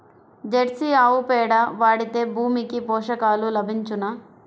Jersey ఆవు పేడ వాడితే భూమికి పోషకాలు లభించునా?